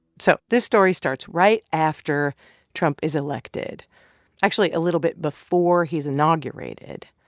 so this story starts right after trump is elected actually a little bit before he's inaugurated.